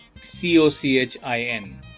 C-O-C-H-I-N